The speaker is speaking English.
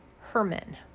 Herman